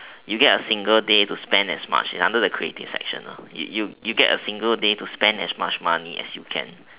you get a single day to spend as much under the creative section ah you get a single day to spend as much money as you can